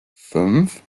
fünf